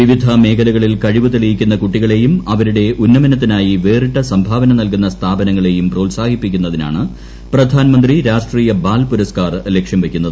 വിവിധ മേഖലകളിൽ കഴിവ് തെളിയിക്കുന്ന കുട്ടികളെയും അവരുടെ ഉന്നമനത്തിനായി വേറിട്ട സംഭാവന നൽകുന്ന സ്ഥാപനങ്ങളേയും പ്രോത്സാഹിപ്പിക്കുന്നതിനാണ് പ്രധാൻമന്ത്രി രാഷ്ട്രീയ ബാൽ പുരസ്ക്കാർ ലക്ഷ്യം വയ്ക്കുന്നത്